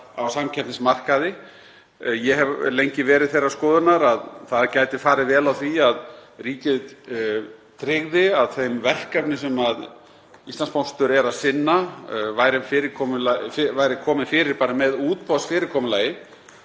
á samkeppnismarkaði. Ég hef lengi verið þeirrar skoðunar að vel gæti farið á því að ríkið tryggði að þeim verkefnum sem Íslandspóstur er að sinna væri komið fyrir með útboðsfyrirkomulagi.